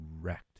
wrecked